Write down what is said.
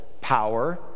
power